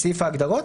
ההגדרות,